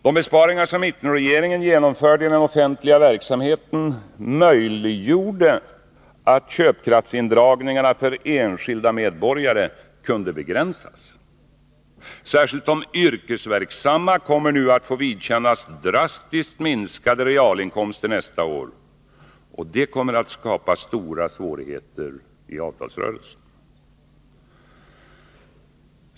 De besparingar som mittenregeringen genomförde i den offentliga verksamheten möjliggjorde att köpkraftsindragningarna för enskilda medborgare kunde begränsas. Särskilt de yrkesverksamma kommer nu att få vidkännas drastiskt minskade realinkomster nästa år. Det kommer att skapa stora svårigheter i avtalsrörelsen.